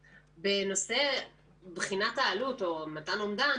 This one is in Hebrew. בנושא בחינת העלות או מתן אומדן,